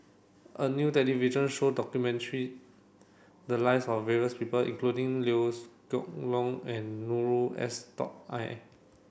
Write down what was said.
a new television show documented the lives of various people including Liew Geok Leong and Noor S dog I